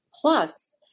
Plus